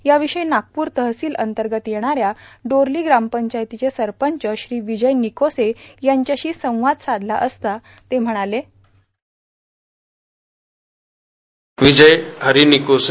याविषयी नागपूर तहसील अंतर्गत येणाऱ्या डोरली ग्रामपंचायतीचे सरपंच श्री विजय निकोसे यांच्याशी संवाद साधला असता ते म्हणाले साऊंड बाईट मी विजय हरी निकोसे